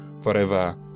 forever